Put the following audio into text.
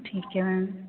ठीक है मैम